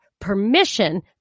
permission